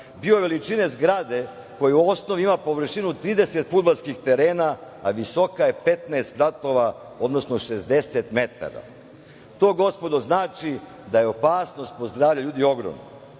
bio veličine zgrade koja u osnovi ima površinu 30 fudbalskih terena, a visoka je 15 spratova, odnosno 60 metara. To, gospodo, znači da je opasnost po zdravlje ljudi ogromna. Nismo